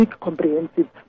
comprehensive